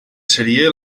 seria